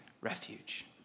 refuge